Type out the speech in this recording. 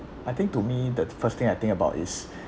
I think to me the first thing I think about is